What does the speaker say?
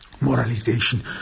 Moralization